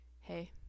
Hey